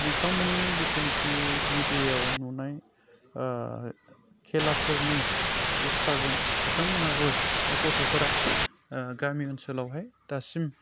बिथांमोननि जिथुनिखि मिडियाआव नुनाय खेलाफोरनि उत्साहजों बिथांमोनहाबो बा गथ'फोरा गामि ओनसोलावहाय दासिम